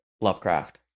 Lovecraft